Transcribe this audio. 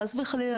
חס וחלילה,